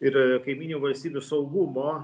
ir kaimynių valstybių saugumo